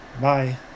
Bye